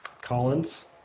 Collins